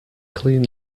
clean